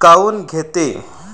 काऊन घेते?